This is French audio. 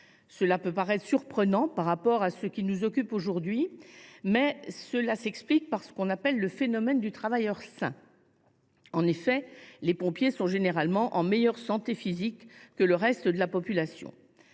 Cela peut paraître surprenant au regard de ce qui nous occupe aujourd’hui, mais s’explique par ce que l’on appelle le phénomène du travailleur sain : les pompiers sont généralement en meilleure santé physique que le reste de la population.